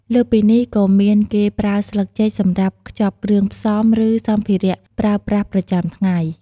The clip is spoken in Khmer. លើសពីនេះក៏មានគេប្រើស្លឹកចេកសម្រាប់ខ្ចប់គ្រឿងផ្សំ ឬសម្ភារៈប្រើប្រាស់ប្រចាំថ្ងៃ។